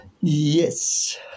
Yes